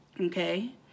okay